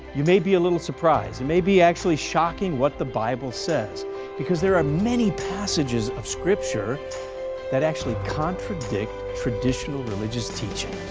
you may be a little surprised. it may be actually shocking what the bible says because there are many passages of scripture that actually contradict traditional religious teaching.